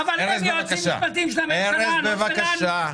אבל אלה יועצים משפטיים של הממשלה, לא שלנו.